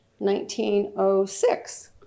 1906